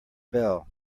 bell